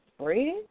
spread